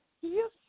Yes